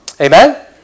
Amen